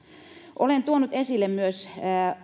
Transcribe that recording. olen tuonut esille myös